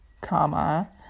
comma